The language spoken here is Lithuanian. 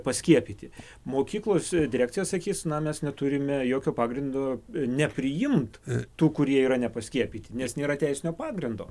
paskiepyti mokyklos direkcija sakys na mes neturime jokio pagrindo nepriimt tų kurie yra nepaskiepyti nes nėra teisinio pagrindo